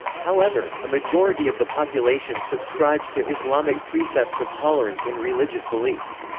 however, a majority of the population subscribes to islamic precepts of tolerance in religious beliefs.